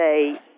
say